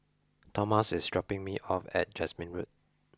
Tomas is dropping me off at Jasmine Road